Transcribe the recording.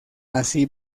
así